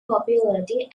popularity